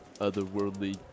Otherworldly